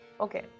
Okay